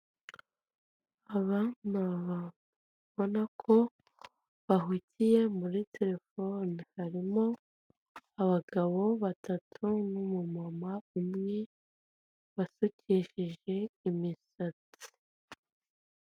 Aba ni abantu ubona ko bahugiye muri terefoni. Harimo abagabo batatu, n'umumama umwe wasukishije imisatsi.